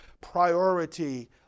priority